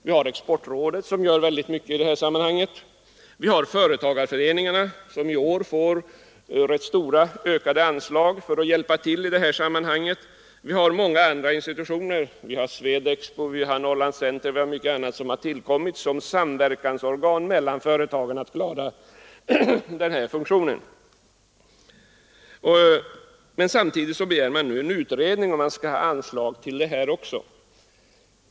Vi har exportrådet, som gör väldigt mycket i detta avseende, vi har företagarföreningarna, som i år får rätt stora ökade anslag för att kunna hjälpa till, och vi har många andra institutioner, bl.a. Svedexpo och Norrlandscenter som har tillkommit som samverkansorgan mellan företagen. Samtidigt begär man nu en utredning och vill ha anslag även till denna.